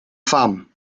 pham